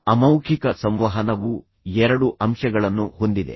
ಅಮೌಖಿಕ ಸಂವಹನವು ಎರಡು ಅಂಶಗಳನ್ನು ಹೊಂದಿದೆ